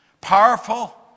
powerful